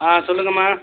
ஆ சொல்லுங்கம்மா